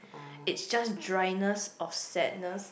it's just dryness of sadness